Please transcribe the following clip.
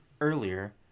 earlier